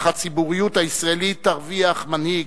אך הציבוריות הישראלית תרוויח מנהיג